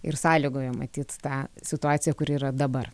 ir sąlygojo matyt tą situaciją kuri yra dabar